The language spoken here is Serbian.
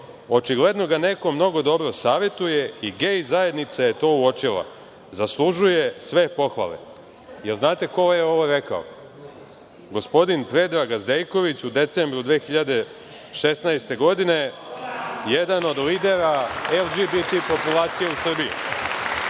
Očigledno ga neko mnogo dobro savetuje i gej zajednica je to uočila. Zaslužuje sve pohvale. Jel znate ko je ovo rekao? Gospodin Predrag Azdejković u decembru 2016. godine, jedan od lidera LGBT populacije u Srbiji. Tako